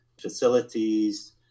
facilities